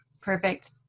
perfect